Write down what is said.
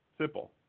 Simple